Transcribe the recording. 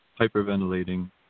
hyperventilating